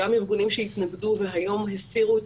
גם ארגונים שהתנגדו והיום הסירו את